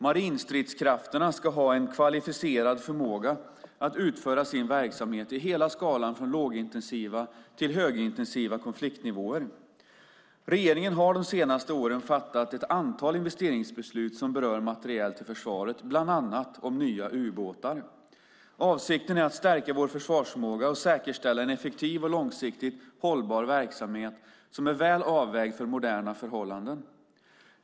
Marinstridskrafterna ska ha en kvalificerad förmåga att utföra sin verksamhet i hela skalan från lågintensiva till högintensiva konfliktnivåer. Regeringen har de senaste åren fattat ett antal investeringsbeslut som berör materiel till försvaret, bland annat om nya ubåtar. Avsikten är att stärka vår försvarsförmåga och säkerställa en effektiv och långsiktigt hållbar verksamhet som är väl avvägd för moderna förhållanden.